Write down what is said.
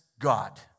God